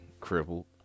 crippled